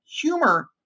humor